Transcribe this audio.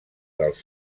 dels